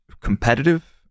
competitive